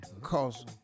cause